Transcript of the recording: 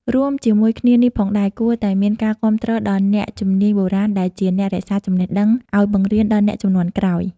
រួមជាមួយគ្នានេះផងដែរ គួរតែមានការគាំទ្រដល់អ្នកជំនាញបុរាណដែលជាអ្នករក្សាចំណេះដឹងឲ្យបង្រៀនដល់អ្នកជំនាន់ក្រោយ។